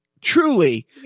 truly